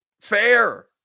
Fair